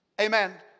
amen